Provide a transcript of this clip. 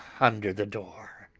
under the door.